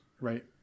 right